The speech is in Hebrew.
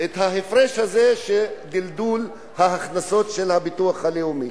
את ההפרש הזה, של דלדול ההכנסות של הביטוח הלאומי?